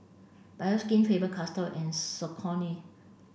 Bioskin Faber Castell and Saucony